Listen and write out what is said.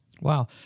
Wow